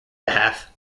behalf